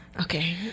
Okay